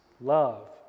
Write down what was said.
love